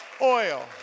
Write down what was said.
oil